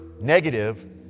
Negative